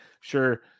sure